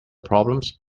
problems